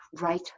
right